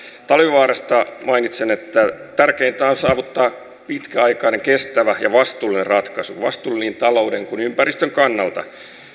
talvivaarasta mainitsen että tärkeintä on saavuttaa pitkäaikainen kestävä ja vastuullinen ratkaisu vastuullinen niin talouden kuin ympäristön kannalta